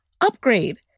upgrade